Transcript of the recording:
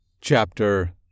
Chapter